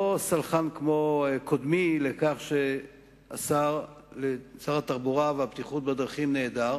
לא סלחן כמו קודמי לכך ששר התחבורה והבטיחות בדרכים נעדר.